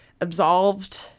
absolved